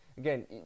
Again